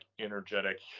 energetic